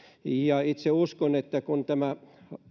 ja itse uskon että kun tämä